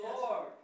Lord